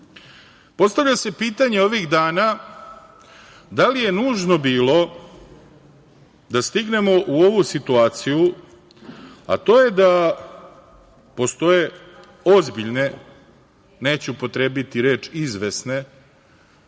dolazimo. Postavlja se pitanje ovih dana da li je nužno bilo da stignemo u ovu situaciju, a to je da postoje ozbiljne, neću upotrebiti reč izvesne,